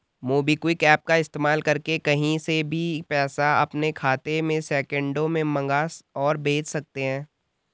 MobiKwik app का इस्तेमाल करके कहीं से भी पैसा अपने खाते में सेकंडों में मंगा और भेज सकते हैं